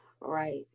right